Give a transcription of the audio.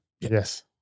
Yes